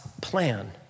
plan